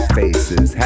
faces